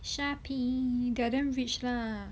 shopee they're damn rich lah